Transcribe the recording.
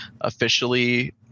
officially